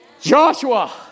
Joshua